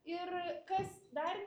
ir kas dar